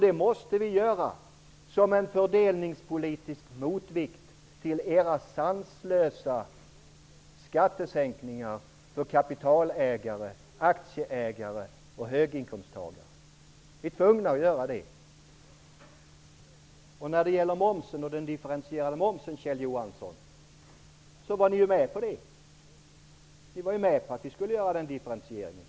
Det måste vi göra som en fördelningspolitisk motvikt till era sanslösa skattesänkningar för kapitalägare, aktieägare och höginkomsttagare. Vi är tvungna att göra det. När det gäller den differentierade momsen, Kjell Johansson, var ni med på den. Ni var med på att göra den differentieringen.